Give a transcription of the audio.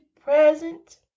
present